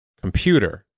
computer